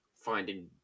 finding